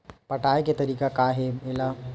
पटाय के तरीका का हे एला?